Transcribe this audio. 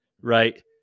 right